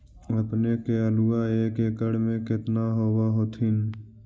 अपने के आलुआ एक एकड़ मे कितना होब होत्थिन?